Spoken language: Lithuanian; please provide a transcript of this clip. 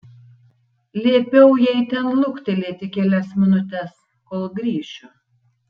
liepiau jai ten luktelėti kelias minutes kol grįšiu